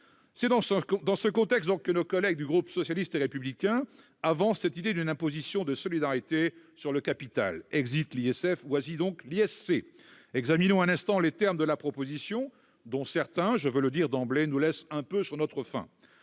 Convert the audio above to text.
C'est dans ce contexte que nos collègues du groupe socialiste et républicain avancent l'idée d'une imposition de solidarité sur le capital. Exit l'ISF, voici donc l'ISC. Examinons un instant les termes de cette proposition, dont certains, je veux le dire d'emblée, nous laissent un peu sur notre faim.